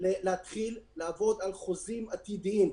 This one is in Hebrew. להתחיל לעבוד על חוזים עתידיים,